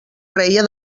reia